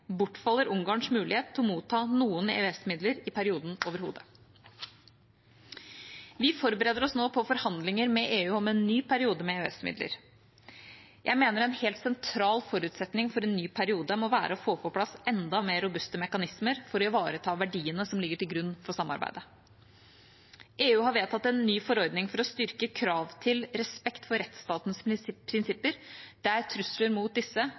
bortfaller Ungarns mulighet for å motta noen EØS-midler i perioden overhodet. Vi forbereder oss nå på forhandlinger med EU om en ny periode med EØS-midler. Jeg mener en helt sentral forutsetning for en ny periode må være å få på plass enda mer robuste mekanismer for å ivareta verdiene som ligger til grunn for samarbeidet. EU har vedtatt en ny forordning for å styrke krav til respekt for rettsstatens prinsipper der trusler mot disse